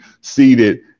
seated